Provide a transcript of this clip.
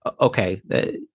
okay